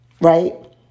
Right